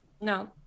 No